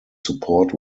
support